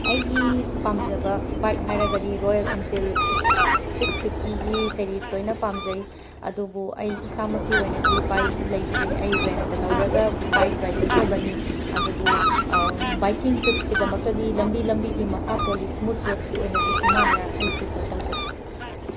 ꯑꯩꯒꯤ ꯄꯥꯝꯖꯕ ꯕꯥꯏꯛ ꯍꯥꯏꯔꯒꯗꯤ ꯔꯣꯌꯦꯜ ꯑꯦꯟꯐꯤꯜ ꯁꯤꯛꯁ ꯐꯤꯞꯇꯤꯒꯤ ꯁꯦꯔꯤꯁ ꯂꯣꯏꯅ ꯄꯥꯝꯖꯩ ꯑꯗꯨꯕꯨ ꯑꯩ ꯏꯁꯥꯃꯛꯀꯤ ꯑꯣꯏꯅꯗꯤ ꯕꯥꯏꯛ ꯂꯩꯇ꯭ꯔꯤ ꯑꯩ ꯔꯦꯟꯇ ꯂꯧꯔꯒ ꯕꯥꯏꯛ ꯔꯥꯏꯗ ꯆꯠꯆꯕꯅꯤ ꯑꯗꯨꯕꯨ ꯕꯥꯏꯀꯤꯡ ꯇ꯭ꯔꯤꯞꯁꯀꯤꯗꯃꯛꯇꯗꯤ ꯂꯝꯕꯤ ꯂꯝꯕꯤꯒꯤ ꯃꯈꯥ ꯄꯣꯜꯂꯤ ꯁ꯭ꯃꯨꯠ ꯔꯣꯗꯀꯤ ꯑꯣꯏꯅꯗꯤ ꯍꯤꯃꯥꯂꯌꯥ ꯑꯩ ꯄ꯭ꯔꯤꯐꯔ ꯇꯧꯖꯩ